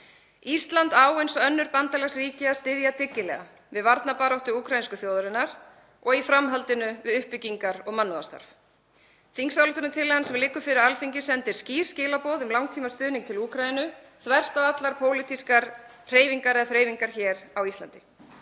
Ísland á eins og önnur bandalagsríki að styðja dyggilega við varnarbaráttu úkraínsku þjóðarinnar og í framhaldinu við uppbyggingar-og mannúðarstarf. Þingsályktunartillagan sem liggur fyrir Alþingi sendir skýr skilaboð um langtímastuðning til Úkraínu, þvert á allar pólitískar hreyfingar eða þreifingar hér á Íslandi.